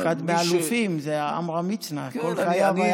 אחד מהאלופים זה עמרם מצנע, כל חייו היה עם זקן.